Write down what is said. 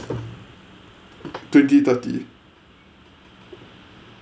twenty thirty